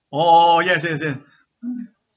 orh yes yes yes